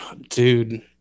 dude